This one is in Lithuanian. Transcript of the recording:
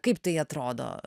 kaip tai atrodo